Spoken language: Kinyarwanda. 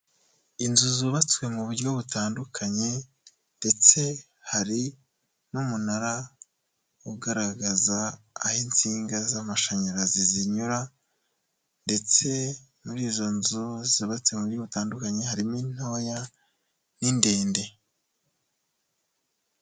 Inzu zubatswe mu buryo butandukanye ndetse hari n'umunara ugaragaza aho insinga z'amashanyarazi zinyura, ndetse muri izo nzu zubatse mu buryo butandukanye, harimo intoya n'indende.